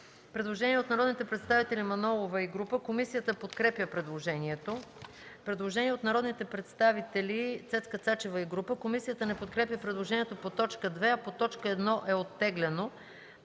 Предложение от народния представител Манолова и група. Комисията подкрепя предложението. Предложение от народния представител Цецка Цачева и група. Комисията не подкрепя предложението по т. 2, а по т. 1 е оттеглено.